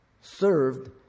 served